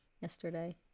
yesterday